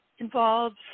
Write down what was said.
involves